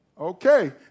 Okay